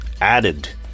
added